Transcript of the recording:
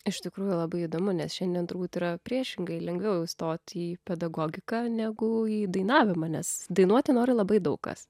iš tikrųjų labai įdomu nes šiandien turbūt yra priešingai lengviau įstot į pedagogiką negu į dainavimą nes dainuoti nori labai daug kas